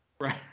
Right